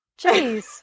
Jeez